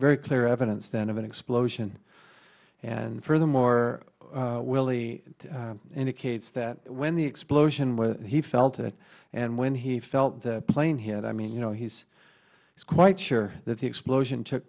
very clear evidence then of an explosion and furthermore willie indicates that when the explosion when he felt it and when he felt the plane hit i mean you know he's quite sure that the explosion took